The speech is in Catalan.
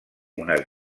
unes